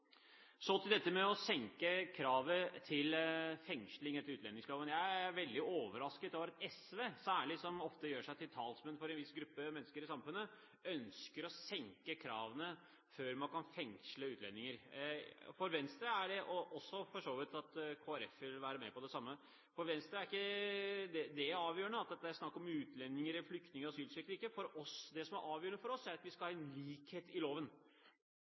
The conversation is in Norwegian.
Så til det å senke kravet til fengsling etter utlendingsloven. Jeg er veldig overrasket over at særlig SV, som ofte gjør seg til talsmenn for en viss gruppe mennesker i samfunnet, ønsker å senke kravene til fengsling av utlendinger, og for så vidt at Kristelig Folkeparti vil være med på det samme. For Venstre er det ikke avgjørende om det er snakk om utlendinger, flyktninger, asylsøkere eller ikke. Det som er avgjørende for oss, er at vi skal ha en likhet i loven.